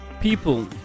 People